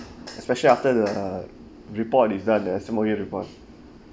especially after the report is done ah the summary report